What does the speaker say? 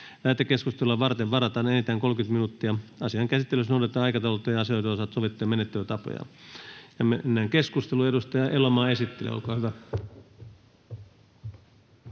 Lähetekeskustelua varten varataan enintään 30 minuuttia. Asian käsittelyssä noudatetaan aikataulutettujen asioiden osalta sovittuja menettelytapoja. Mennään keskusteluun. — Edustaja Elomaa, esittely, olkaa hyvä.